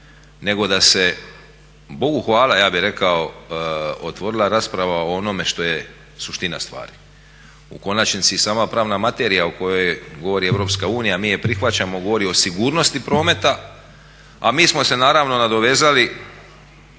nego da se Bogu hvala ja bi rekao otvorila rasprava o onome što je suština stvari. U konačnici i sama pravna materija o kojoj govori EU, mi je prihvaćamo, govori o sigurnosti prometa a mi smo se naravno nadovezali